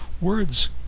Words